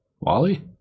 Wally